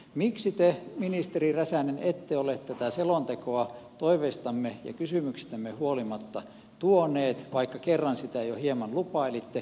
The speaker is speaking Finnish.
miksi te ministeri räsänen ette ole tätä selontekoa toiveistamme ja kysymyksistämme huolimatta tuoneet vaikka kerran sitä jo hieman lupailitte